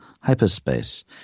hyperspace